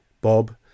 Bob